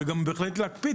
וגם בהחלט צריכים להקפיד.